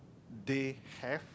they have